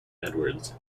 edwards